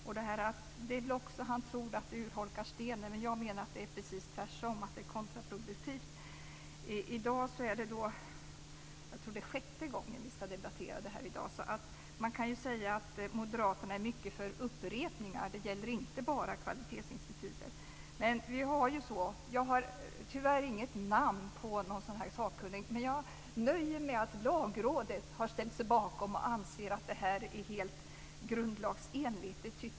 Han tror väl att även detta urholkar stenen, men jag menar att det är precis tvärtom, att det är kontraproduktivt. Det är i dag sjätte gången vi debatterar detta, tror jag, så man kan säga att moderaterna är mycket för upprepningar. Det gäller inte bara kvalitetsinstitutet. Jag har tyvärr inget namn på någon sakkunnig, men jag nöjer mig med att Lagrådet har ställt sig bakom detta och anser att det är helt grundlagsenligt.